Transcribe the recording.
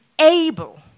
able